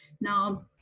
Now